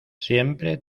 siempre